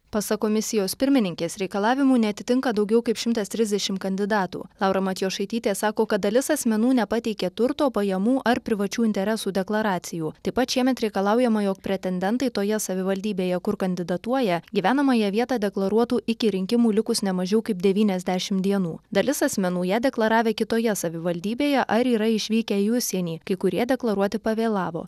pasak komisijos pirmininkės reikalavimų neatitinka daugiau kaip šimtas trisdešim kandidatų laura matjošaitytė sako kad dalis asmenų nepateikė turto pajamų ar privačių interesų deklaracijų taip pat šiemet reikalaujama jog pretendentai toje savivaldybėje kur kandidatuoja gyvenamąją vietą deklaruotų iki rinkimų likus ne mažiau kaip devyniasdešim dienų dalis asmenų ją deklaravę kitoje savivaldybėje ar yra išvykę į užsienį kai kurie deklaruoti pavėlavo